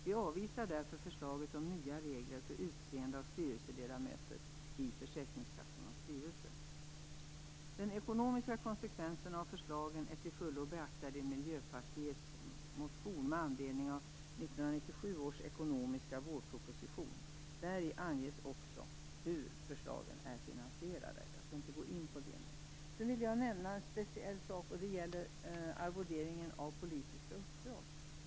Vi avvisar därför förslaget om nya regler för utseende av styrelseledamöter till försäkringskassornas styrelser. Den ekonomiska konsekvensen av förslagen är till fullo beaktad i Miljöpartiets motion med anledning av 1997 års ekonomiska vårproposition. Däri anges också hur förslagen är finansierade. Jag skall inte gå in på det nu. Sedan vill jag nämna en speciell sak, och det gäller arvoderingen av politiska uppdrag.